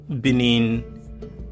Benin